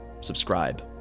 subscribe